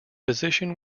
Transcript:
position